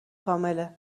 کامله